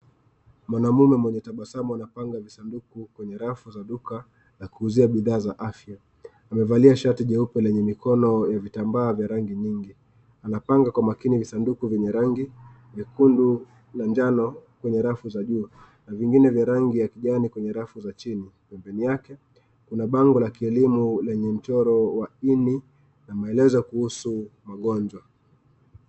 Mwanamume mwenye tabasamu anapanga visanduku kwenye rafu za duka la kuuzia bidhaa za afya. Amevalia shati jeupe lenye mikono ya vitambaa vya rangi nyingi. Anapanga kwa umakini visanduku vyenye rangi nyekundu na njano kwenye rafu za juu na vingine vya rangi ya kijani kwenye rafu za chini na kando yake kuna bango ya kielimu lenye mchoro wa ini na maelezo kuhusu magonjwa.